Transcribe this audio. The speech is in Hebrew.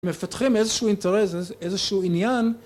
מפתחים איזשהו אינטרס, איזשהו עניין.